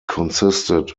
consisted